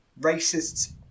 racists